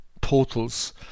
portals